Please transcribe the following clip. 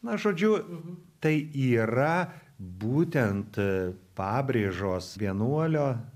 na žodžiu tai yra būtent pabrėžos vienuolio